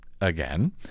again